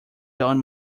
done